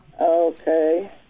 Okay